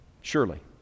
Surely